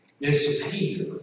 disappear